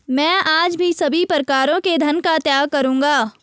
मैं आज सभी प्रकारों के धन का त्याग करूंगा